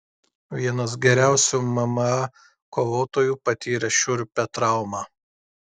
vienas geriausių mma kovotojų patyrė šiurpią traumą